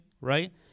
right